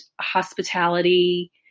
hospitality